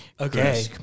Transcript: Okay